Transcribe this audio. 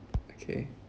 okay